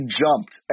jumped